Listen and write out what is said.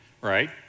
right